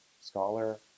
scholar